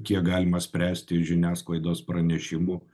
kiek galima spręsti iš žiniasklaidos pranešimų